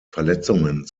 verletzungen